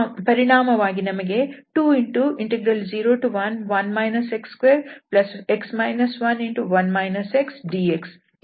ಪರಿಣಾಮವಾಗಿ ನಮಗೆ 2011 x2dx ಇದು ಸಿಗುತ್ತದೆ